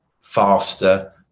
faster